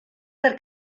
per